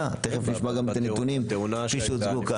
--- תכף נשמע גם את הנתונים כפי שהוצגו כאן,